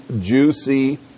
juicy